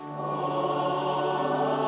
oh